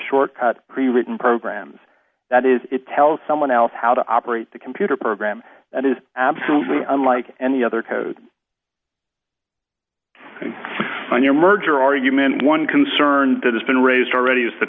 shortcut pre written programs that is it tells someone else how to operate the computer program that is absolutely unlike any other code on your merger argument one concern that has been raised already is the